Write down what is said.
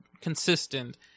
consistent